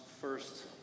first